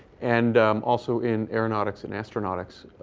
and um also in aeronautics and astronautics.